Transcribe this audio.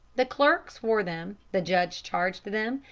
the clerk swore them the judge charged them,